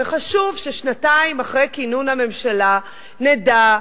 וחשוב ששנתיים אחרי כינון הממשלה נדע,